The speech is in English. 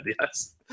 Yes